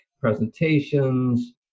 presentations